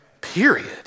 period